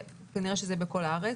כנראה שזה יהיה בכל הארץ.